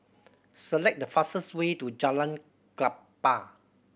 select the fastest way to Jalan Klapa